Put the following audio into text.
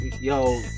yo